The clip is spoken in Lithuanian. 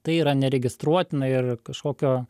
tai yra neregistruotina ir kažkokio